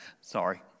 Sorry